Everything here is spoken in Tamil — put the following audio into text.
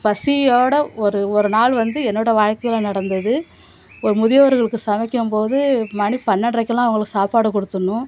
பசியோட ஒரு ஒரு நாள் வந்து என்னோட வாழ்க்கையில் வந்து நடந்தது ஒரு முதியோர்களுக்கு சமைக்கும் போது மணி பன்னெண்ரைக்குலாம் அவங்களுக்கு சாப்பாடு கொடுத்துட்ணும்